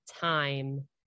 time